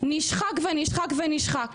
נשחק ונשחק ונשחק,